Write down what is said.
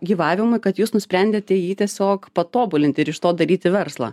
gyvavimui kad jūs nusprendėte jį tiesiog patobulinti ir iš to daryti verslą